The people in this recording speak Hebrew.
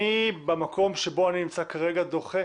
אני במקום שבו אני נמצא כרגע דוחה